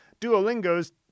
Duolingo's